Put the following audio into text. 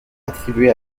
attribué